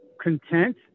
content